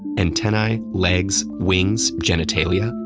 antennae, legs, wings, genitalia,